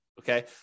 okay